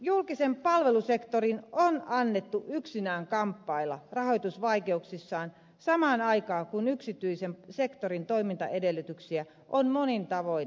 julkisen palvelusektorin on annettu yksinään kamppailla rahoitusvaikeuksissaan samaan aikaan kun yksityisen sektorin toimintaedellytyksiä on monin tavoin edistetty